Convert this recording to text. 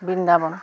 Vrindavan